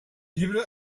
llibre